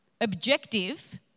objective